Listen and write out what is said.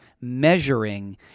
measuring